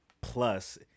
plus